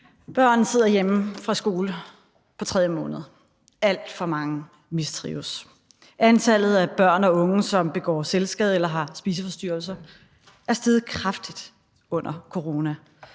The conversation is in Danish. Børn sidder hjemme fra skole på tredje måned, alt for mange mistrives. Antallet af børn og unge, som begår selvskade eller har spiseforstyrrelser er steget kraftigt under corona.